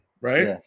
right